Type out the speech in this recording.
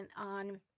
on